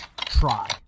try